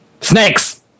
Snakes